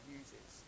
uses